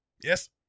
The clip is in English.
Yes